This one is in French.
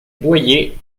boyer